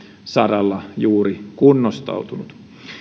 saralla juuri kunnostautunut